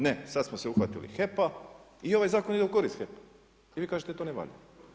Ne, sada smo se uhvatili HEP-a i ovaj zakon ide u korist HEP-a i vi kažete da to ne valja.